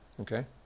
Okay